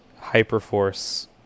Hyperforce